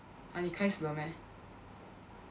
!huh! 你开始了 meh